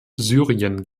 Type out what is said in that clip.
syrien